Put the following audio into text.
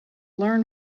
learn